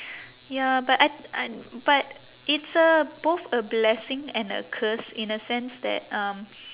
ya but I I but it's a both a blessing and a curse in a sense that um